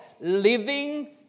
Living